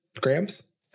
grams